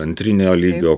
antrinio lygio